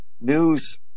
news